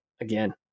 again